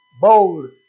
Bold